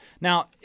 now